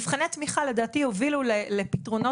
מבחני תמיכה לדעתי יובילו לפתרונות